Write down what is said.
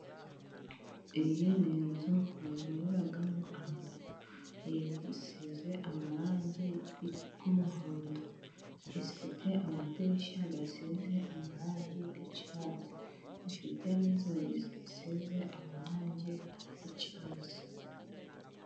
Iyi ni inzu bavuriramo basize amarangi y'umuhondo, ifite amadirishya asize amarangi, ifite n'inzugi zisize amarangi y'icyatsi.